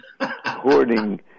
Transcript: hoarding